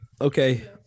okay